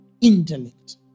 intellect